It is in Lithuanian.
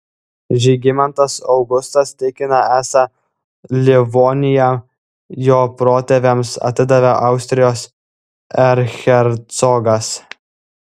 žygimantas augustas tikina esą livoniją jo protėviams atidavė austrijos erchercogas